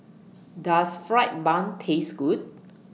Does Fried Bun Taste Good